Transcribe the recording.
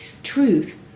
Truth